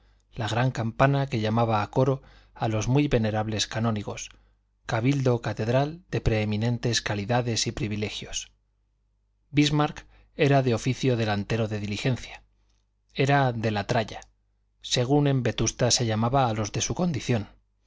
la gran campana que llamaba a coro a los muy venerables canónigos cabildo catedral de preeminentes calidades y privilegios bismarck era de oficio delantero de diligencia era de la tralla según en vetusta se llamaba a los de su condición